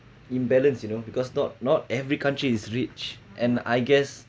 imbalance you know because not not every country is rich and I guess